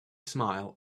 smile